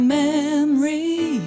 memory